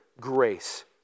grace